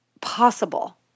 possible